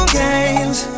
games